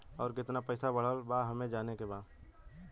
और कितना पैसा बढ़ल बा हमे जाने के बा?